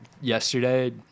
yesterday